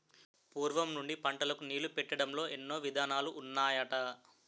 పూర్వం నుండి పంటలకు నీళ్ళు పెట్టడంలో ఎన్నో విధానాలు ఉన్నాయట